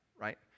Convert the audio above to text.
right